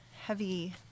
heavy